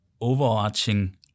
overarching